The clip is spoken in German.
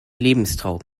lebenstraum